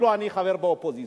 ואני אפילו חבר באופוזיציה.